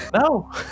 no